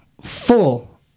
full